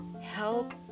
help